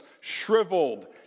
shriveled